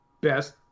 best